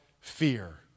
fear